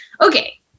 okay